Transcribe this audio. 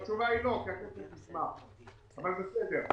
התשובה היא לא כי הכסף נשמר, אבל בסדר.